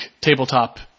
tabletop